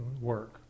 work